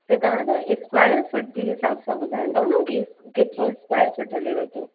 त तव्हांजा square feet जे हिसाब सां ॿुधाईंदव न की केतिरो स्क्वायर फीट हलेव थो